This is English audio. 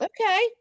okay